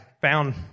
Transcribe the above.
found